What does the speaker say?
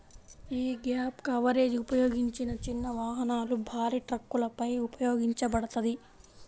యీ gap coverage ఉపయోగించిన చిన్న వాహనాలు, భారీ ట్రక్కులపై ఉపయోగించబడతది